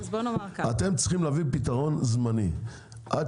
אתם צריכים להביא פתרון זמני עד